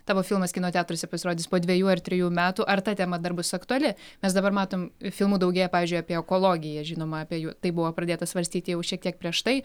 tavo filmas kino teatruose pasirodys po dvejų ar trejų metų ar ta tema dar bus aktuali mes dabar matom filmų daugėja pavyzdžiui apie ekologiją žinoma apie jų tai buvo pradėta svarstyti jau šiek tiek prieš tai